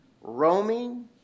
roaming